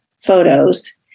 photos